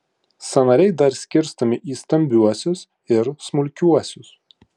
sąnariai dar skirstomi į stambiuosius ir smulkiuosius